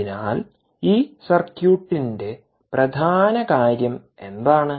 അതിനാൽ ഈ സർക്യൂട്ടിന്റെ പ്രധാന കാര്യം എന്താണ്